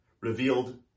revealed